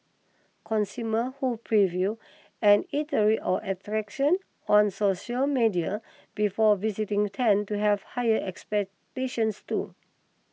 consumers who preview an eatery or attraction on social media before visiting tend to have higher expectations too